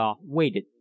waited